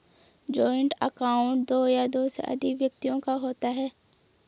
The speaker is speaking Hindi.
जॉइंट अकाउंट दो या दो से अधिक व्यक्तियों का होता है